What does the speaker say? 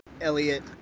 Elliot